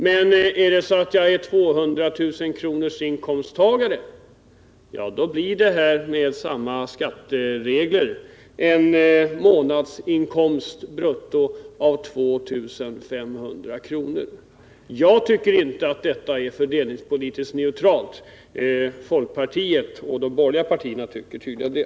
Men för 200 000 kronorsinkomsttagaren blir det med samma skatteregler en månadsinkomst av brutto 2 500 kr. Jag tycker inte att detta är fördelningspolitiskt neutralt. Folkpartiet och de andra borgerliga partierna tycker tydligen det.